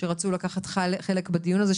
שרצו לקחת חלק בדיון הזה,